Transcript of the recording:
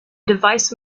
device